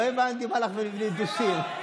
לא הבנתי מה לך ולמבנים נטושים.